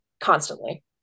constantly